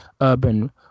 urban